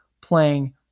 playing